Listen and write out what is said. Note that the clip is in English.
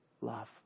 love